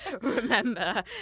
remember